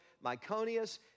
Myconius